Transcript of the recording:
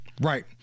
Right